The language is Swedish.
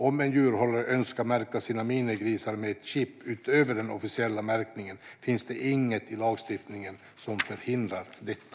Om en djurhållare önskar märka sina minigrisar med ett chip utöver den officiella märkningen finns det inget i lagstiftningen som förhindrar detta.